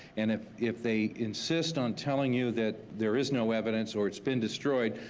and if if they insist on telling you that there is no evidence or it's been destroyed,